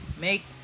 make